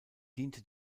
diente